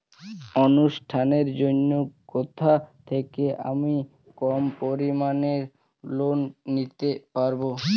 অনুষ্ঠানের জন্য কোথা থেকে আমি কম পরিমাণের লোন নিতে পারব?